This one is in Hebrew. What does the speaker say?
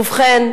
ובכן,